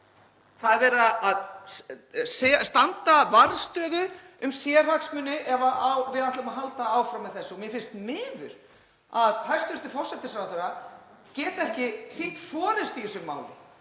Það er verið að standa varðstöðu um sérhagsmuni ef við ætlum að halda áfram með þetta og mér finnst miður að hæstv. forsætisráðherra geti ekki sýnt forystu í þessu máli,